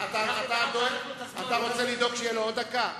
אתה רוצה לדאוג שיהיה לו עוד דקה?